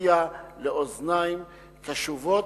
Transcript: תגיע לאוזניים קשובות,